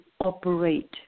operate